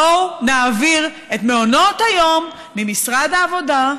בואו נעביר את מעונות היום ממשרד העבודה,